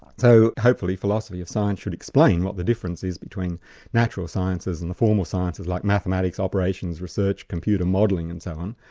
so hopefully philosophy of science should explain what the difference is between natural sciences and the formal sciences like mathematics, operations research, computer modeling and so on,